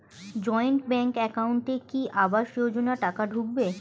Joint bank একাউন্টে কি আবাস যোজনা টাকা ঢুকবে?